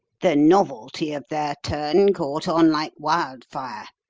the novelty of their turn caught on like wild fire,